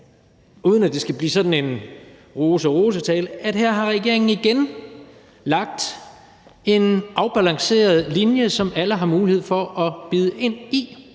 uden at det skal blive sådan en rose rose-tale, at regeringen igen her har lagt en afbalanceret linje, som alle har mulighed for at bide ind i,